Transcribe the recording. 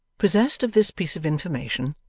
possessed of this piece of information,